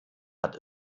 hat